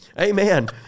Amen